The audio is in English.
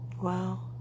Wow